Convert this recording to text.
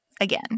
again